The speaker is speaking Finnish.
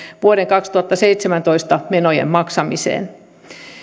vuoden kaksituhattaseitsemäntoista menojen maksamiseen